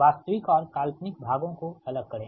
वास्तविक और काल्पनिक भागों को अलग करें